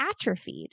atrophied